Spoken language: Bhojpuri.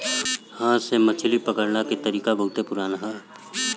हाथ से मछरी पकड़ला के तरीका बहुते पुरान ह